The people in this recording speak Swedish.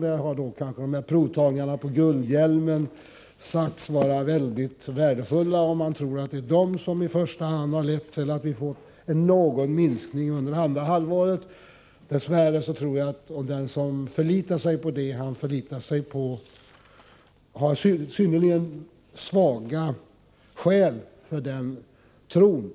Där har provtagningarna beträffande ”Guldhjälmen” sagts vara mycket värdefulla, och man tror att det är i första hand detta som lett till att vi fått någon miskning under andra halvåret. Dess värre tror jag att den som förlitar sig på det har mycket bräcklig grund för sin tro.